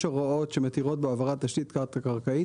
הוראות שמתירות בו העברת תשתית תת-קרקעית,